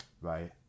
right